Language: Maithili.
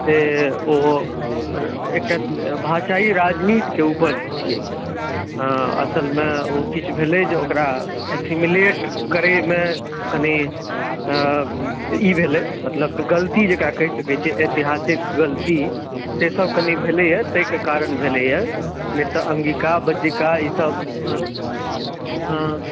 से ओ एकटा भाषाइ राजनीतिके उपज छियै असलमे ओ किछु भेलै जे ओकरा अक्यूम्युलेट करैमे कनी ई भेलै मतलब गलती जेकरा कहि सकैत छियै एतिहासिक गलती से सब कनि भेलैया ताहिके कारण भेलैया नहि तऽ अङ्गिका बज्जिका ई सब हुँ